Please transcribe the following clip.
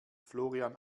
florian